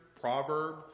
proverb